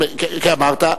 אמרת.